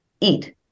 eat